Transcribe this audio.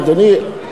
אדוני,